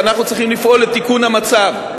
ואנחנו צריכים לפעול לתיקון המצב.